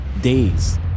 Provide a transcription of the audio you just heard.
days